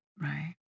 Right